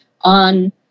on